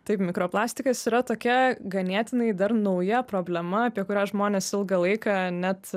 taip mikroplastikas yra tokia ganėtinai dar nauja problema apie kurią žmonės ilgą laiką net